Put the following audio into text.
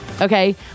Okay